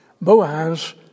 Boaz